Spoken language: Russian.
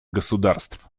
государств